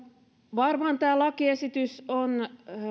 varmaan tämä lakiesitys on